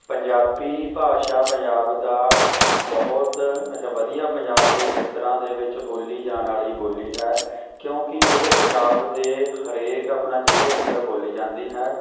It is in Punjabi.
ਪੰਜਾਬੀ ਭਾਸ਼ਾ ਪੰਜਾਬ ਦਾ ਬਹੁਤ ਅੱਛਾ ਵਧੀਆ ਪੰਜਾਬ ਦੇ ਖੇਤਰਾਂ ਦੇ ਵਿੱਚ ਬੋਲੀ ਜਾਣ ਵਾਲੀ ਬੋਲੀ ਹੈ ਕਿਉਂਕਿ ਇਹ ਪੰਜਾਬ ਦੇ ਹਰੇਕ ਆਪਣਾ ਜ਼ਿਲ੍ਹੇ ਅੰਦਰ ਬੋਲੀ ਜਾਂਦੀ ਹੈ